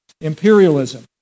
imperialism